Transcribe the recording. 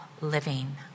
living